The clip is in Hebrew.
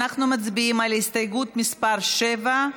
אנחנו מצביעים על הסתייגות מס' 7,